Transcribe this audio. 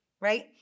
right